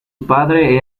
padre